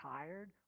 tired